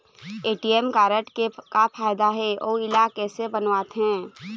ATM card के का फायदा हे अऊ इला कैसे बनवाथे?